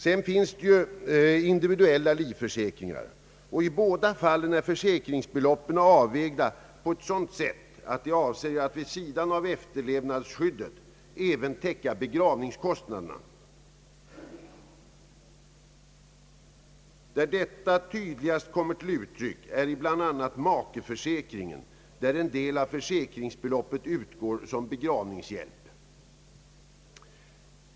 Det finns vidare individuella livförsäkringar. I båda dessa fall är försäkringsbeloppen avvägda på ett sådant sätt, att de vid sidan av efterlevandeskyddet även skall kunna täcka begravningskostnaderna. Detta kommer tydligast till uttryck bl.a. i makeförsäkringarna, där en del av försäkringsbeloppet utgår som begravningshjälp.